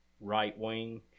right-wing